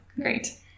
great